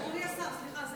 אדוני השר, סליחה.